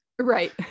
Right